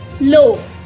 low